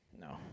No